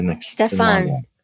Stefan